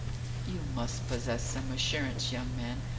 you must possess some assurance, young man,